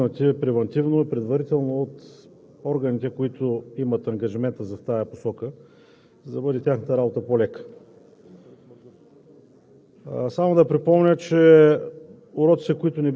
оценка е, че по никакъв начин те не бяха подпомогнати превантивно и предварително от органите, които имат ангажимента в тази посока, за да бъде тяхната работа по-лека.